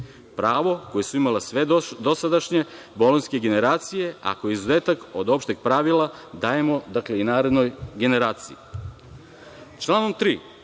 Pravo koje su imale dosadašnje bolonjske generacije, a koji je izuzetak od opšteg pravila dajemo i narednoj generaciji. Članom 3.